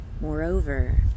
Moreover